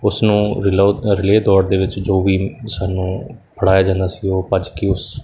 ਉਸਨੂੰ relay relay ਦੌੜ ਦੇ ਵਿੱਚ ਜੋ ਵੀ ਸਾਨੂੰ ਫੜਾਇਆ ਜਾਂਦਾ ਸੀ ਉਹ ਭੱਜ ਕੇ ਉਸ